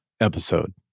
episode